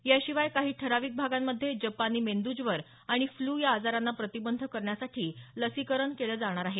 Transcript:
याशिवाय काही ठराविक भागांमध्ये जपानी मेंदज्वर आणि फ्ल्यू या आजारांना प्रतिबंध करण्यासाठी लसीकरण केलं जाणार आहे